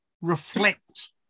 reflect